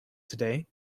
today